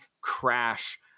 crash